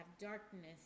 darkness